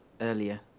earlier